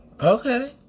okay